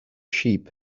sheep